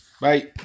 Bye